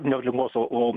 ne aplinkos o o